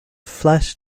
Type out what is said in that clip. flat